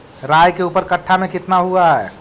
राई के ऊपर कट्ठा में कितना हुआ है?